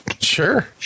Sure